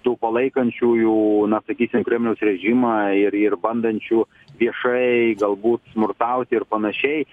tų palaikančiųjų na sakysim kremliaus režimą ir ir bandančių viešai galbūt smurtauti ir panašiai